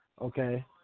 okay